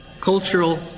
cultural